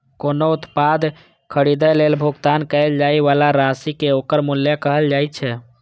कोनो उत्पाद खरीदै लेल भुगतान कैल जाइ बला राशि कें ओकर मूल्य कहल जाइ छै